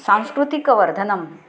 सांस्कृतिकवर्धनम्